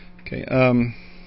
Okay